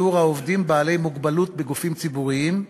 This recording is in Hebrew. שיעור העובדים בעלי מוגבלות בגופים ציבוריים,